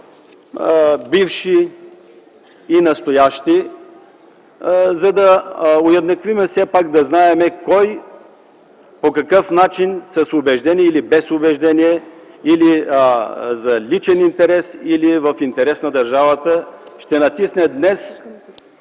бивши и настоящи, за да уеднаквим и все пак да знаем кой по какъв начин – с убеждение или без убеждение, или за личен интерес, или в интерес на държавата, ще натисне днес,